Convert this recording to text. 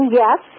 yes